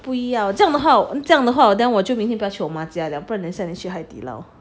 不要这样的话我 then 我就明天不要去我妈家了不然你去海底捞